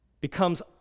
becomes